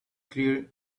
clear